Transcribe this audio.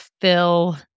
fill